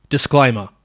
Disclaimer